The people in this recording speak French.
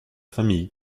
famille